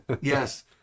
Yes